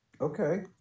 okay